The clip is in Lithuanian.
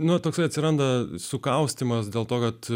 nuo to kai atsiranda sukaustymas dėl to kad